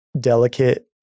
delicate